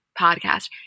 podcast